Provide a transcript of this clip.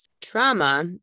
trauma